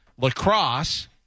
lacrosse